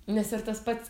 nes ir tas pats